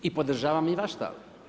I podržavam i vaš stav.